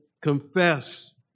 Confess